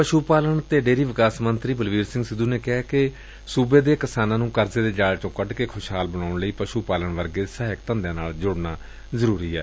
ਪਸੁ ਪਾਲਣ ਡੇਅਰੀ ਵਿਕਾਸ ਅਤੇ ਕਿਰਤ ਮੰਤਰੀ ਬਲਬੀਰ ਸਿੰਘ ਸਿੱਧੁ ਨੇ ਕਿਹਾ ਕਿ ਪੰਜਾਬ ਦੇ ਕਿਸਾਨਾਂ ਨੂੰ ਕਰਜ਼ੇ ਦੇ ਜਾਲ ਚੋ ਕੱਢ ਕੇ ਖੁਸ਼ਹਾਲ ਬਣਾਉਣ ਲਈ ਪਸ਼ੁ ਪਾਲਣ ਵਰਗੇ ਸਹਾਇਕ ਧੰਦਿਆਂ ਨਾਲ ਜੋਤਨਾ ਜ਼ਰਰੀ ਏ